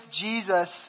Jesus